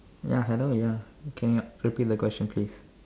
ya hello ya can ya repeat the question please